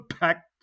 back